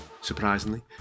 surprisingly